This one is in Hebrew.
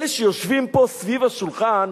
אלה שיושבים פה סביב השולחן,